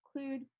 include